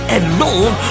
alone